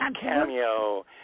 cameo